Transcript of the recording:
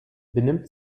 benimmt